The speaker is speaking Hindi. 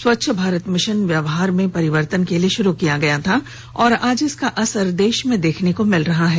स्वच्छ भारत मिशन व्यवहार में परिवर्तन के लिए शुरु किया गया था और आज इसका असर देश में देखने को मिल रहा है